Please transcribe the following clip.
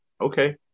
Okay